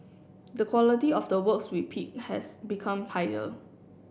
the quality of the works we pick has become higher